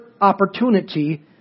opportunity